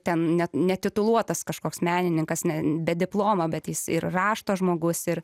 ten ne netituluotas kažkoks menininkas ne be diplomo bet jis ir rašto žmogus ir